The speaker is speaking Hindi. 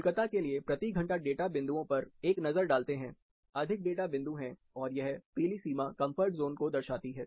कोलकाता के लिए प्रति घंटा डेटा बिंदुओं पर एक नज़र डालते हैं अधिक डाटा बिंदु है और यह पीली सीमा कंफर्ट जोन को दर्शाती है